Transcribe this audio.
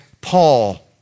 Paul